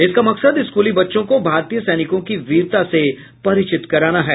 इसका मकसद स्कूली बच्चों को भारतीय सैनिकों की वीरता से परिचित कराना है